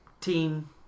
team